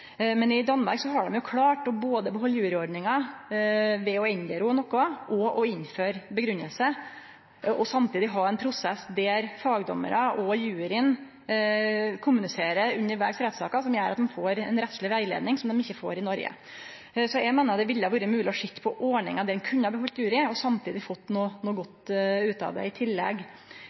Men i Danmark har dei klart både å behalde juryordninga ved å endre ho noko, innføre grunngjeving og samtidig ha ein prosess der fagdommarar og jury kommuniserer undervegs i rettssaka, noko som gjer at ein får ei rettsleg rettleiing som ein ikkje får i Noreg. Eg meiner det ville ha vore mogleg å sjå på ordningar der ein kunne ha behalde juryen og samtidig i tillegg fått noko godt ut av det.